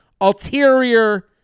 ulterior